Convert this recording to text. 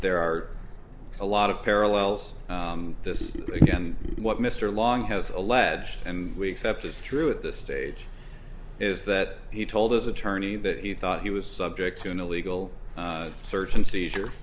there are a lot of parallels this is again what mr long has alleged and we accept as true at this stage is that he told his attorney that he thought he was subject to an illegal search and seizure